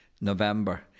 November